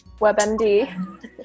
WebMD